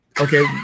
okay